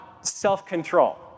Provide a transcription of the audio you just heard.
self-control